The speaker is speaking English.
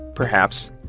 perhaps,